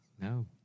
No